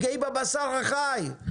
תפגעי בבשר החי,